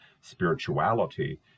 spirituality